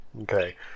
Okay